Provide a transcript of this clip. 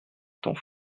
temps